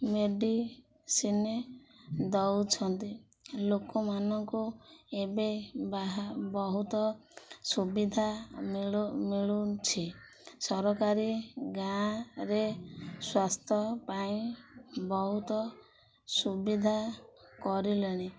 medicine ଦଉଛନ୍ତି ଲୋକମାନଙ୍କୁ ଏବେ ବାହା ବହୁତ ସୁବିଧା ମିଳୁ ମିଳୁଛି ସରକାରୀ ଗାଁରେ ସ୍ୱାସ୍ଥ୍ୟ ପାଇଁ ବହୁତ ସୁବିଧା କରିଲେଣି